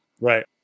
Right